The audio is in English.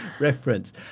reference